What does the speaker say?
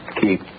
Keep